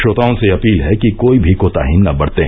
श्रोताओं से अपील है कि कोई भी कोताही न बरतें